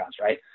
right